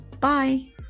bye